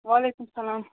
وعلیکُم سلام